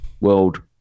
World